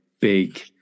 big